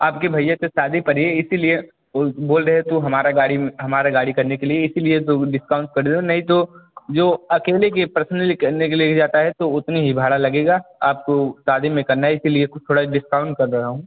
आपके भैया से शादी पड़ी है इसीलिए बोल बोल रहे तो हमारा गाड़ी हमारा गाड़ी करने के लिए इसीलिए तो डिस्काउन्ट कर रहे नहीं तो जो अकेले के पर्सनली करने के लिए जाता है तो उतनी ही भाड़ा लगेगा आपको शादी में करना है इसीलिए थोड़ा डिस्काउन्ट कर रहा हूँ